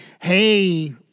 Hey